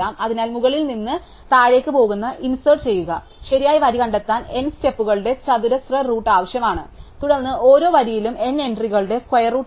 അതിനാൽ മുകളിൽ നിന്ന് താഴേക്ക് പോകുന്ന ഇൻസേർട് ചെയുക ശരിയായ വരി കണ്ടെത്താൻ N സ്റ്റെപ്പുകളുടെ ചതുരശ്ര റൂട്ട് ആവശ്യമാണ് തുടർന്ന് ഓരോ വരിയിലും N എൻട്രികളുടെ സ്ക്വയർ റൂട്ട് ഉണ്ട്